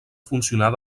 funcionar